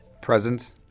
Present